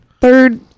third